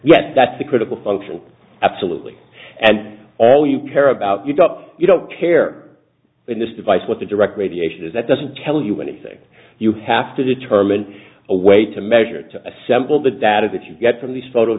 yet that's the critical function absolutely and all you care about your top you don't care in this device what the direct radiation is that doesn't tell you anything you have to determine a way to measure to assemble the data that you get from these photo